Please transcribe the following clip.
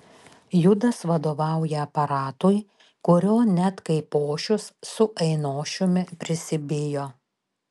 judas vadovauja aparatui kurio net kaipošius su ainošiumi prisibijo